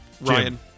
Ryan